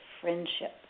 friendship